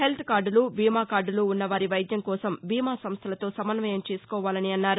health కార్డలు బీమాకార్దులు ఉన్నవారి వైద్యం కోసం బీమా సంస్టలతో సమన్వయం చేసుకోవాలని సూచించారు